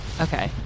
Okay